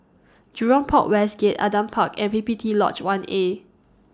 Jurong Port West Gate Adam Park and P P T Lodge one A